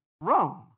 Rome